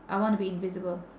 I wanna be invisible